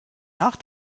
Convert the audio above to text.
nach